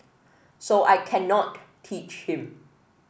so I cannot teach him